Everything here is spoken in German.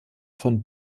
von